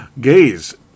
Gaze